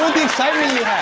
with the excitement you